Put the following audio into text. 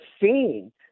seeing